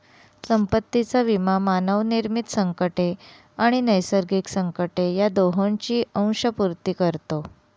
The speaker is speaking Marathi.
संपत्तीचा विमा मानवनिर्मित संकटे आणि नैसर्गिक संकटे या दोहोंची अंशपूर्ती करतो